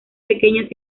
pequeñas